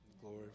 glory